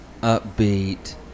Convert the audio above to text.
upbeat